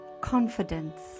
confidence